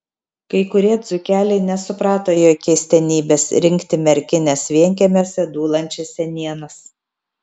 kai kurie dzūkeliai nesuprato jo keistenybės rinkti merkinės vienkiemiuose dūlančias senienas